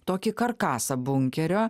tokį karkasą bunkerio